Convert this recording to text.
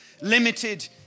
limited